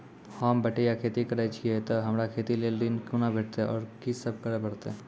होम बटैया खेती करै छियै तऽ हमरा खेती लेल ऋण कुना भेंटते, आर कि सब करें परतै?